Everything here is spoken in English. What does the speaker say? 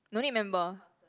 no need member